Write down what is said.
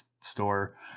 store